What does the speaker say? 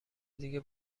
دیگه